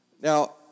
Now